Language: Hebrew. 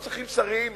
לא צריכים שרים,